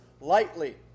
lightly